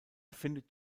findet